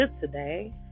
today